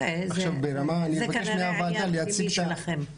זה כנראה עניין פנימי שלכם,